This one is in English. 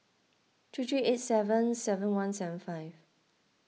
three three eight seven seven one seven five